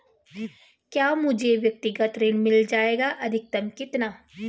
क्या मुझे व्यक्तिगत ऋण मिल जायेगा अधिकतम कितना?